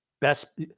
best